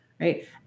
right